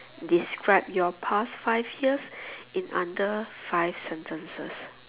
describe your past five years in under five sentences